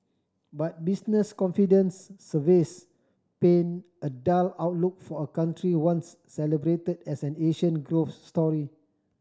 but business confidence surveys paint a dull outlook for a country once celebrated as an Asian growth story